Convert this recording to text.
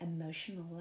emotional